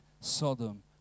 Sodom